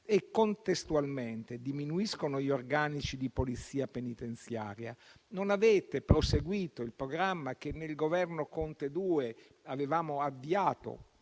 e contestualmente diminuiscono gli organici di Polizia penitenziaria. Non avete proseguito il programma che nel Governo Conte II avevamo avviato